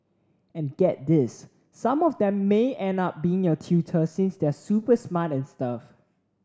and get this some of them may end up being your tutor since they're super smart and stuff